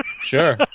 Sure